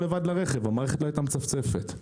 לבד לרכב והמערכת לא הייתה מצפצפת.